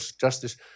justice